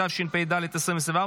התשפ"ד 2024,